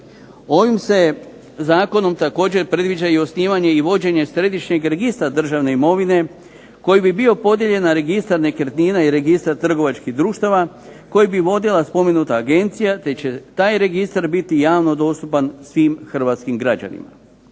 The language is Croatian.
Ovim se zakonom također predviđa i osnivanje i vođenje središnjeg registra državne imovine koji bi bio podijeljen na registar nekretnina i registar trgovačkih društava koji bi vodila spomenuta agencija te će taj registar biti javnog dostupan svih hrvatskim građanima.